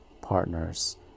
partners